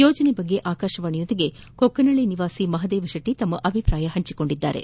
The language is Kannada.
ಯೋಜನೆ ಕುರಿತಂತೆ ಆಕಾಶವಾಣಿಯೊಂದಿಗೆ ಕೊಕ್ಕನಹಳ್ಳಿ ನಿವಾಸಿ ಮಹದೇವ ಶೆಟ್ಟಿ ತಮ್ಮ ಅಭಿಪ್ರಾಯ ಪಂಚಿಕೊಂಡಿದ್ದಾರೆ